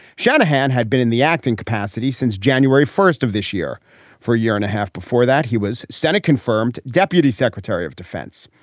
shanahan had been in the acting capacity since january first of this year for a year and a half. before that, he was senate confirmed deputy secretary of defense.